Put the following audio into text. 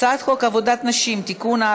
הצעת חוק עבודת נשים (תיקון,